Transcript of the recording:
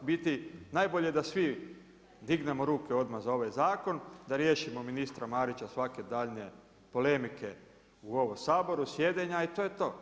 U biti najbolje da svi dignemo ruke odmah za ovaj zakon, da riješimo ministra Marića svake daljnje polemike u ovom Saboru, sjedenja i to je to.